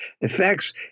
effects